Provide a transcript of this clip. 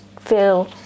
feel